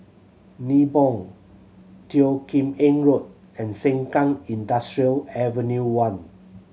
Nibong Teo Kim Eng Road and Sengkang Industrial Avenue One